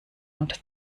und